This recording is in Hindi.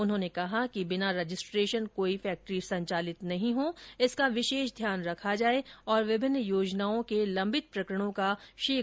उन्होंने कहा कि बिना रजिस्ट्रेशन कोई फैक्ट्री संचालित नहीं हो इसका विशेष ध्यान रखा जाये और विभिन्न योजनाओं के लंबित प्रकरणों का शीघ्र निस्तारण किया जाये